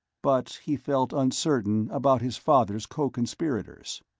but he felt uncertain about his father's co-conspirators.